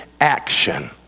action